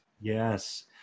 Yes